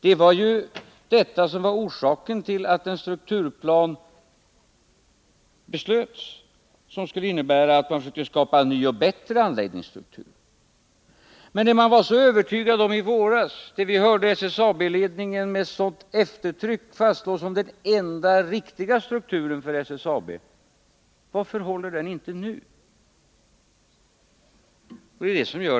Det var ju detta som var orsaken till att en strukturplan beslöts, som skulle innebära att man skulle skapa en ny och bättre anläggningsstruktur. I våras fick vi höra SSAB-ledningen med eftertryck fastslå vad som var den enda riktiga strukturen för SSAB. Varför håller den planen inte nu?